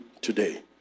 today